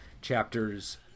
chapters